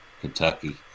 Kentucky